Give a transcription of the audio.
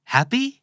Happy